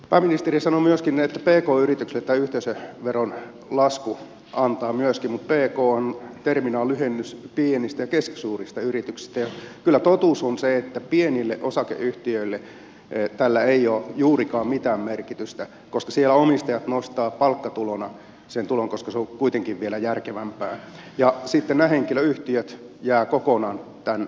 pääministeri sanoi myöskin että pk yrityksille tämä yhteisöveron lasku antaa myöskin mutta pkhan terminä on lyhennys pienistä ja keskisuurista yrityksistä ja kyllä totuus on se että pienille osakeyhtiöille tällä ei ole juurikaan mitään merkitystä koska siellä omistajat nostavat palkkatulona sen tulon koska se on kuitenkin vielä järkevämpää ja sitten nämä henkilöyhtiöt jäävät kokonaan tämän ulkopuolelle